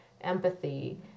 empathy